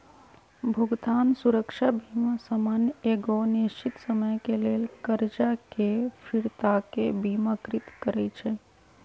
भुगतान सुरक्षा बीमा सामान्य एगो निश्चित समय के लेल करजा के फिरताके बिमाकृत करइ छइ